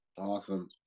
Awesome